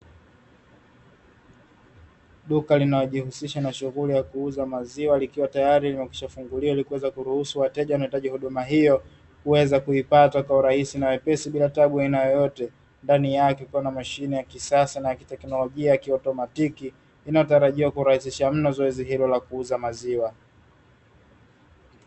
Duka linalojihusisha na shughuli ya kuuza maziwa likiwa tayari limekwishafunguliwa, ili kuweza kuruhusu wateja wanaohitaji huduma hiyo kuweza kuipata kwa urahisi na wepesi bila taabu ya aina yoyote. Ndani yake kukiwa na mashine ya kisasa na kiteknolojia ya kiautomatiki, inayotarajiwa kurahisisha mno zoezi hilo la kuuza maziwa.